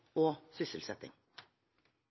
og sysselsetting.